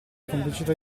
complicità